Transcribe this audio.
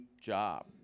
job